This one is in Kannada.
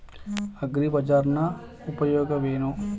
ಅಗ್ರಿಬಜಾರ್ ನ ಉಪಯೋಗವೇನು?